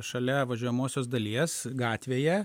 šalia važiuojamosios dalies gatvėje